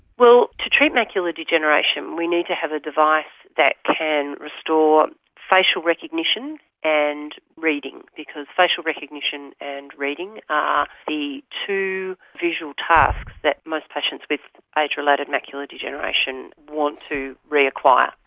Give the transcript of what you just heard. well, to treat macular degeneration we need to have a device that can restore facial recognition and reading, because facial recognition and reading are the two visual tasks that most patients with age-related macular degeneration want to reacquire.